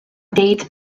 date